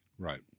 Right